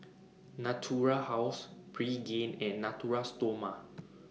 Natura House Pregain and Natura Stoma